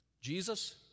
Jesus